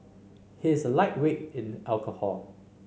he is a lightweight in alcohol